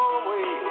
away